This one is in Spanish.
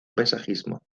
paisajismo